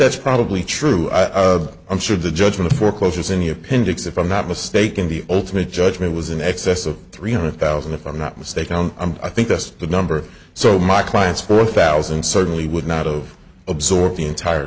that's probably true i'm sure the judgment of foreclosures in the appendix if i'm not mistaken the ultimate judgment was in excess of three hundred thousand if i'm not mistaken and i think that's the number so my clients four thousand certainly would not of absorb the entire